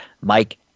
Mike